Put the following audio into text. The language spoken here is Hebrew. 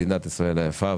מדינת ישראל היפה,